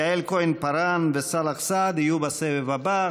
יעל כהן-פארן וסאלח סעד יהיו בסבב הבא.